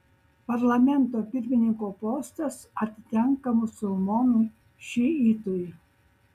parlamento pirmininko postas atitenka musulmonui šiitui